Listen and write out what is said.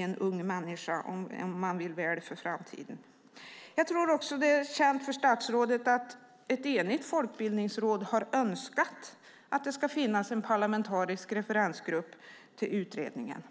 en ung människa väl i framtiden. Jag tror att det är känt för statsrådet att ett enigt folkbildningsråd har önskat att det ska finnas en parlamentarisk referensgrupp till utredningen.